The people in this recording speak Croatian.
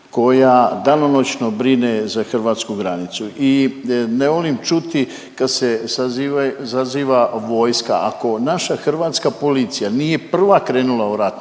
koja danonoćno brine za hrvatsku granicu i ne volim čuti kad se zaziva, zaziva vojska. Ako naša hrvatska policija nije prva krenula u rat,